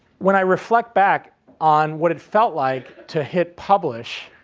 when i reflect back on what it felt like to hit publish